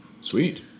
Sweet